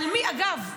אגב,